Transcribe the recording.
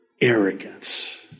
arrogance